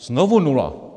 Znovu nula!